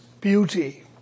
beauty